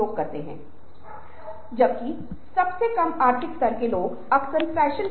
यह उद्देश्य को पूरा करने के लिए स्थिर प्रयास है